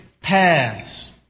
paths